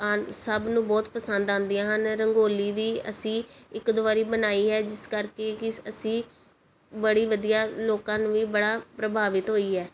ਆਨ ਸਭ ਨੂੰ ਬਹੁਤ ਪਸੰਦ ਆਉਂਦੀਆਂ ਹਨ ਰੰਗੋਲੀ ਵੀ ਅਸੀਂ ਇੱਕ ਦੋ ਵਾਰੀ ਬਣਾਈ ਹੈ ਜਿਸ ਕਰਕੇ ਕਿ ਅਸੀਂ ਬੜੀ ਵਧੀਆ ਲੋਕਾਂ ਨੂੰ ਵੀ ਬੜਾ ਪ੍ਰਭਾਵਿਤ ਹੋਈ ਹੈ